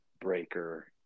breaker